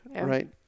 right